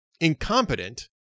incompetent